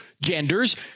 genders